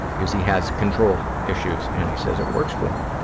because he has control issues, and he says it works for